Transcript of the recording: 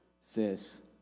says